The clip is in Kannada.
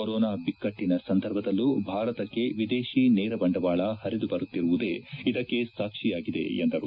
ಕೊರೊನಾ ಬಿಕ್ಟಟನ ಸಂದರ್ಭದಲ್ಲೂ ಭಾರತಕ್ಕೆ ವಿದೇಶಿ ನೇರ ಬಂಡವಾಳ ಪರಿದು ಬರುತ್ತಿರುವುದೇ ಇದಕ್ಕೆ ಸಾಕ್ಷಿಯಾಗಿದೆ ಎಂದರು